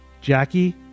Jackie